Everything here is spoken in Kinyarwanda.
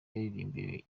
yaririmbye